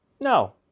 No